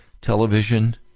Television